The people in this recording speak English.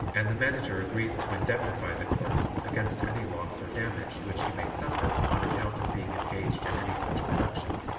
and the manager agrees to indemnify the chorus against any loss or damage which he may suffer on account of being engaged in any such production.